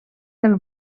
del